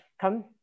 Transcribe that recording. come